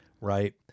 Right